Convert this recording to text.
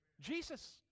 Jesus